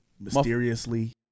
mysteriously